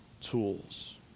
tools